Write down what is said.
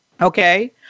Okay